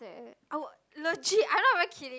eh I would legit I'm not even kidding